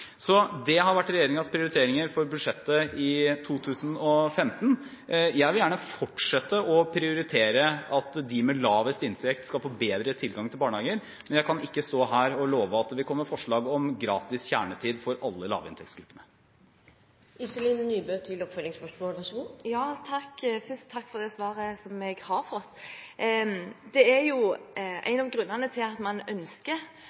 Det har vært regjeringens prioriteringer for budsjettet i 2015. Jeg vil gjerne fortsette å prioritere at de med lavest inntekt skal få bedre tilgang til barnehage, men jeg kan ikke stå her og love at det vil komme forslag om gratis kjernetid for alle lavinntektsgruppene. Først: Takk for det svaret som jeg har fått. En av grunnene til at man ønsker